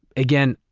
again,